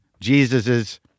Jesus's